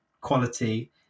quality